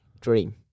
dream